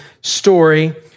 story